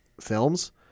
films